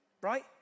right